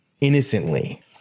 innocently